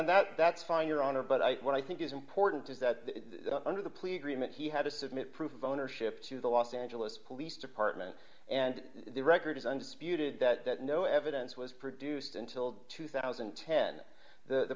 that that's fine your honor but i what i think is important is that under the plea agreement he had to submit proof of ownership to the los angeles police department and the record is undisputed that no evidence was produced until two thousand and ten the